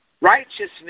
righteousness